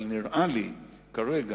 אבל נראה לי כרגע,